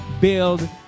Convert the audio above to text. build